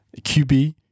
QB